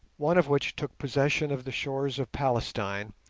one of which took possession of the shores of palestine,